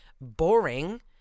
boring